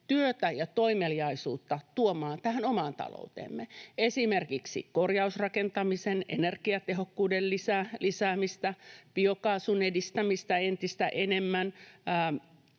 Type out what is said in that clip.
työtä ja toimeliaisuutta tuomaan tähän omaan talouteemme — esimerkiksi korjausrakentamisen energiatehokkuuden lisäämistä, biokaasun edistämistä entistä enemmän